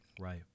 Right